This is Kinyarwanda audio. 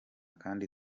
kandi